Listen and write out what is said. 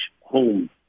home